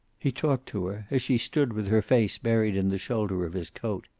he talked to her, as she stood with her face buried in the shoulder of his coat,